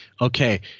Okay